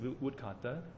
woodcutter